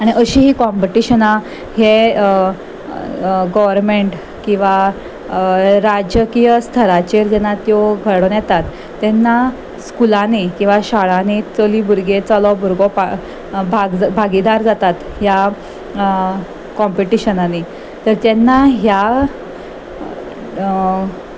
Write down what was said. आनी अशी ही कॉम्पिटिशनां हे गोवरमेंट किंवां राजकीय स्थराचेर जेन्ना त्यो घडोन येतात तेन्ना स्कुलांनी किंवां शाळांनी चली भुरगे चलो भुरगो भाग भागीदार जातात ह्या कॉम्पिटिशनांनी तर तेन्ना ह्या